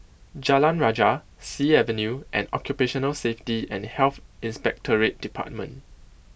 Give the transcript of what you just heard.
Jalan Rajah Sea Avenue and Occupational Safety and Health Inspectorate department